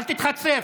אל תתחצף.